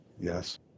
Yes